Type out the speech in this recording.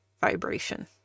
vibration